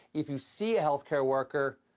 if you see a health care worker,